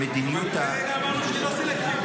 ומדיניות --- לפני רגע אמרנו שהיא לא סלקטיבית.